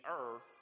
earth